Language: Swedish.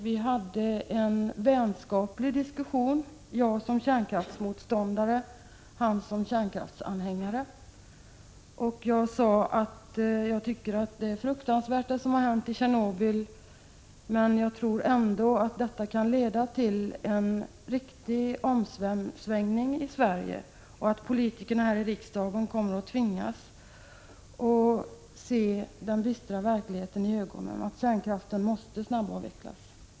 Vi hade en vänskaplig diskussion — jag som kärnkraftsmotståndare, han som kärnkraftsanhängare. Jag sade att jag tycker det som hänt i Tjernobyl är fruktansvärt men att jag ändå tror att det kan leda till en riktig omsvängning i Sverige och att politikerna här i riksdagen kommer att tvingas att se den bistra verkligheten i ögonen: att kärnkraften måste snabbavvecklas.